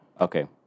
Okay